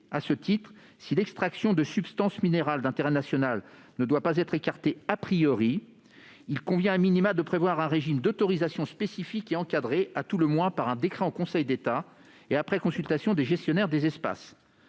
À ce titre, si l'extraction de substances minérales d'intérêt national ne doit pas être écartée, il convient,, de prévoir un régime d'autorisation spécifique et encadré, à tout le moins, par un décret en Conseil d'État et après consultation des gestionnaires des espaces.